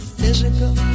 physical